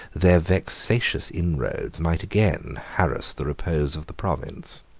their vexations inroads might again harass the repose of the province.